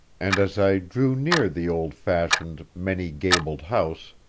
and as i drew near the old-fashioned, many-gabled house,